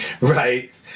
Right